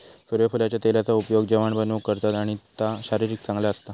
सुर्यफुलाच्या तेलाचा उपयोग जेवाण बनवूक करतत आणि ता शरीराक चांगला असता